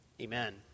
Amen